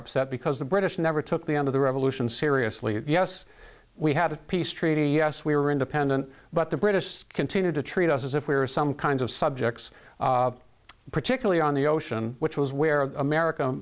upset because the british never took the end of the revolution seriously yes we had a peace treaty yes we were independent but the british continued to treat us as if we were some kinds of subjects particularly on the ocean which was where america